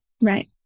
Right